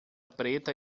preta